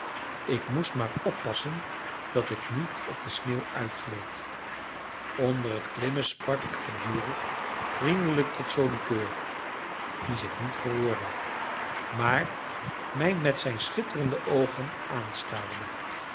ik moest maar oppassen dat ik niet op de sneeuw uitgleed onder het klimmen sprak ik gedurig vriendelijk tot joli coeur die zich niet verroerde maar mij met zijne schitterende oogen aanstaarde